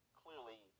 clearly